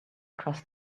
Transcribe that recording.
crossed